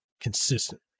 consistent